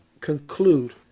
conclude